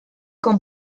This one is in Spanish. con